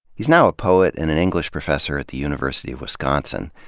he's now a poet and an english professor at the university of wisconsin.